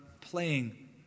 playing